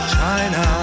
China